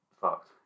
fucked